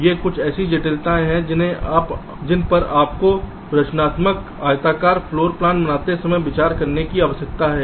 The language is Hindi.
तो ये कुछ ऐसी जटिलताएं हैं जिन पर आपको रचनात्मक आयताकार फ्लोर प्लान बनाते समय विचार करने की आवश्यकता है